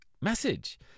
message